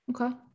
Okay